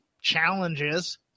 challenges